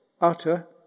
utter